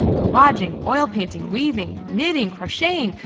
collaging, oil painting, weaving, knitting, crocheting,